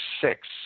six